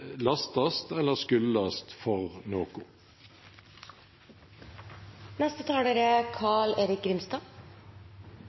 lastast eller skuldast for